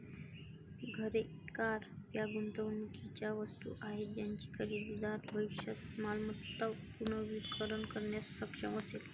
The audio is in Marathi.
घरे, कार या गुंतवणुकीच्या वस्तू आहेत ज्याची खरेदीदार भविष्यात मालमत्ता पुनर्विक्री करण्यास सक्षम असेल